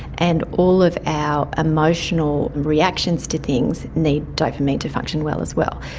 and all of our emotional reactions to things need dopamine to function well as well.